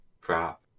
crap